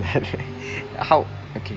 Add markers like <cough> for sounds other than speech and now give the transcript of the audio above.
and then <laughs> how okay